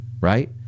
right